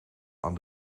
aan